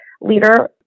leader